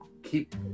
Keep